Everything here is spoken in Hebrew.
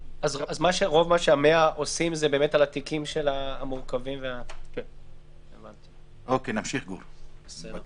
רוב מה שה-100 עושים זה באמת על התיקים של המורכבים --- נמשיך בקריאה,